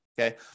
Okay